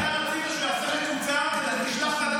אתה רצית שהוא יעשה מקוצר כדי לשלוח את